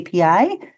API